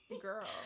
Girl